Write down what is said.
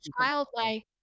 childlike